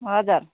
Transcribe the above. हजुर